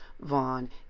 Vaughn